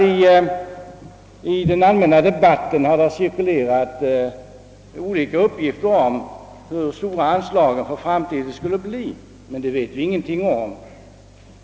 I den allmänna debatten har cirkulerat olika uppgifter om anslagens storlek, men vi vet ingenting bestämt.